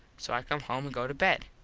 so i come home an go to bed.